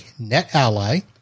NetAlly